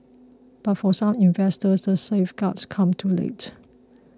but for some investors the safeguards come too late